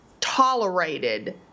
tolerated